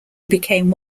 became